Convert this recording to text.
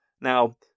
Now